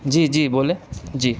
جی جی بولیں جی